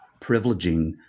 privileging